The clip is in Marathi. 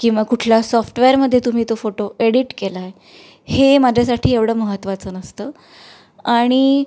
किंवा कुठल्या सॉफ्टवेअरमध्ये तुम्ही तो फोटो एडिट केला आहे हे माझ्यासाठी एवढं महत्त्वाचं नसतं आणि